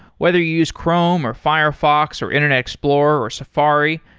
whether you use chrome or firefox or internet explorer or safari,